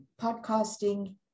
podcasting